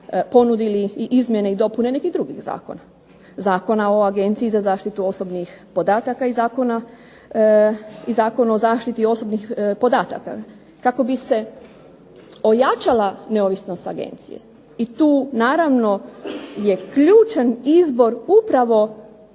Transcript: ponudili i izmjene i dopune i nekih drugih zakona – Zakona o Agenciji za zaštitu osobnih podataka i Zakona o zaštiti osobnih podataka kako bi se ojačala neovisnost Agencije. I tu naravno je ključan izbor upravo